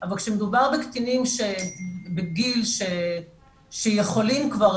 אבל כשמדובר בקטינים שהם בגיל שיכולים כבר